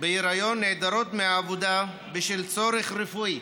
בהיריון נעדרות מהעבודה בשל צורך רפואי,